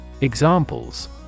Examples